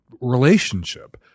relationship